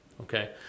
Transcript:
okay